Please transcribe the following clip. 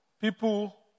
people